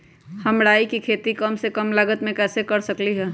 हम राई के खेती कम से कम लागत में कैसे कर सकली ह?